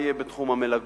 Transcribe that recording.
ומה יהיה בתחום המלגות?